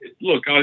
look